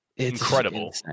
incredible